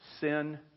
Sin